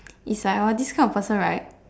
it's like hor this kind of person right